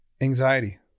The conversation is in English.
Anxiety